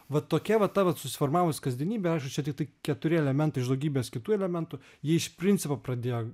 va tokia va ta vat susiformavus kasdienybė aišku čia tiktai keturi elementai iš daugybės kitų elementų ji iš principo pradėjo